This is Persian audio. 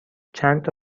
چندتا